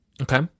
Okay